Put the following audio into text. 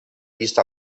vist